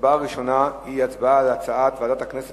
הצבעה ראשונה היא הצבעה על הצעת ועדת הכנסת